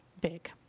big